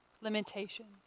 limitations